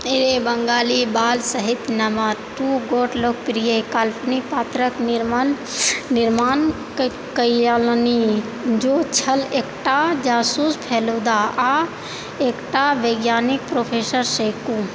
रे बङ्गाली बाल साहित्यमे दू गोट लोकप्रिय काल्पनिक पात्रके निर्माण कएलनि जे छल एक टा जासूस फेलुदा आ एक टा वैज्ञानिक प्रोफेसर सेकू